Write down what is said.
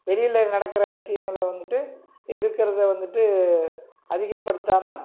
வெளியில் நடக்கிற விஷயங்களை வந்துட்டு இருக்கிறத வந்துட்டு அதிகப்படுத்தாமல்